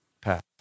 Path